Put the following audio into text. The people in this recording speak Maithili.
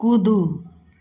कूदू